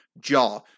Jaw